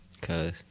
Cause